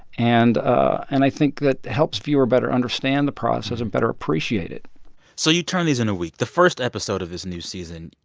and and i think that helps the viewer better understand the process and better appreciate it so you turn these in a week. the first episode of this new season,